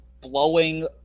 blowing